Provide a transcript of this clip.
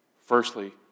Firstly